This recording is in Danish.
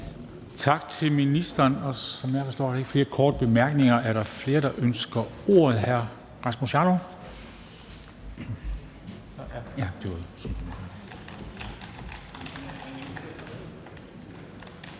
Tak til ministeren. Som jeg forstår det, er der ikke flere korte bemærkninger. Er der flere, der ønsker ordet?